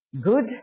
good